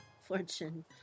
fortune